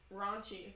raunchy